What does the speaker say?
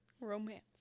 romance